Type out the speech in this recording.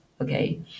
okay